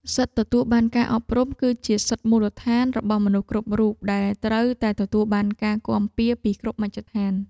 សិទ្ធិទទួលបានការអប់រំ គឺជាសិទ្ធិមូលដ្ឋានរបស់មនុស្សគ្រប់រូបដែលត្រូវតែទទួលបានការគាំពារពីគ្រប់មជ្ឈដ្ឋាន។